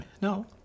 No